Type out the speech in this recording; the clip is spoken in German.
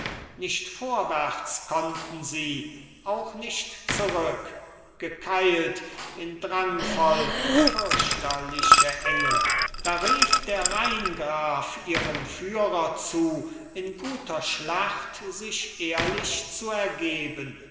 nicht vorwärts konnten sie auch nicht zurück gekeilt in drangvoll fürchterliche enge da rief der rheingraf ihrem führer zu in guter schlacht sich ehrlich zu ergeben